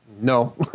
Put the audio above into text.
No